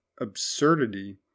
absurdity